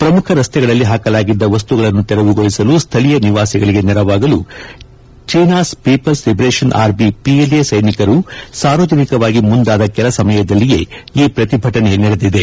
ಪ್ರಮುಖ ರಸ್ತೆಗಳಲ್ಲಿ ಹಾಕಲಾಗಿದ್ದ ವಸ್ತುಗಳನ್ನು ಅವಶೇಷಗಳನ್ನು ತೆರವುಗೊಳಿಸಲು ಸ್ವಳೀಯ ನಿವಾಸಿಗಳಿಗೆ ನೆರವಾಗಲು China's People's Liberation Army PLA ಸೈನಿಕರು ಸಾರ್ವಜನಿಕವಾಗಿ ಮುಂದಾದ ಕೆಲ ಸಮಯದಲ್ಲಿಯೇ ಈ ಪ್ರತಿಭಟನೆ ನಡೆದಿದೆ